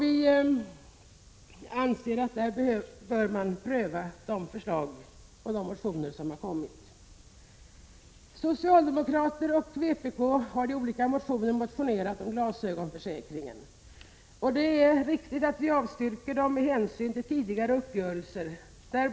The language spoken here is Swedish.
Vi anser att man där bör pröva de förslag och de motioner som har = ma mA kommit. Socialdemokrater och vpk har i olika motioner aktualiserat glasögonförsäkring. Det är riktigt att vi avstyrker dem med hänsyn till den tidigare uppgörelsen.